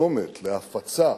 צומת להפצה